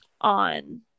on